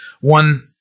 One